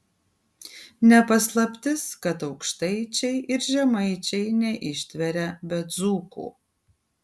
ne paslaptis kad aukštaičiai ir žemaičiai neištveria be dzūkų